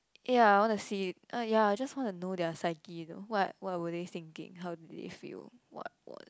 ya I want to see uh ya I just want to know their psyche though what what were they thinking how did they feel what was